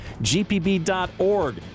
gpb.org